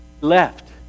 left